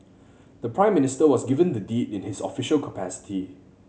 the Prime Minister was given the deed in his official capacity